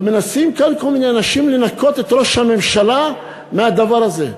ומנסים כאן כל מיני אנשים לנקות את ראש הממשלה מהדבר הזה.